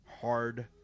hard